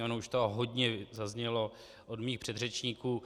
Ono už toho hodně zaznělo od mých předřečníků.